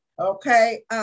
okay